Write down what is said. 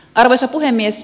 arvoisa puhemies